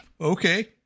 Okay